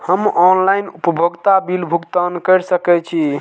हम ऑनलाइन उपभोगता बिल भुगतान कर सकैछी?